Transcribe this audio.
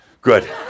Good